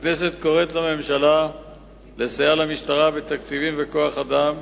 הכנסת קוראת לממשלה לסייע למשטרה בתקציבים וכוח-אדם,